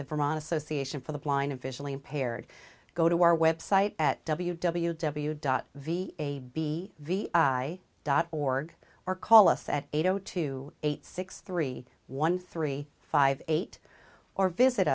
the vermont association for the blind and visually impaired go to our website at w w w dot v a b v i dot org or call us at eight o two eight six three one three five eight or visit